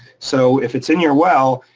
so if it's in your well,